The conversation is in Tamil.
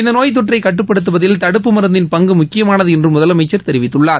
இந்த நோய் தொற்றை கட்டுப்படுத்துவதில் தடுப்பு மருந்தின் பங்கு முக்கியமானது என்றும் முதலமைச்சர் தெரிவித்துள்ளார்